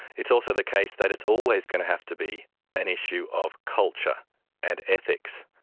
it's also the case that it's always going to have to be an issue of culture and ethics.